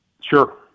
Sure